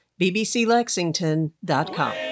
bbclexington.com